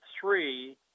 three